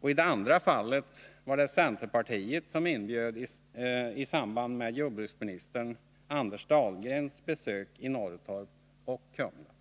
och i det andra fallet var det centerpartiet som inbjöd till möte i samband med jordbruksminister Anders Dahlgrens besök i Norrtorp och Kumla.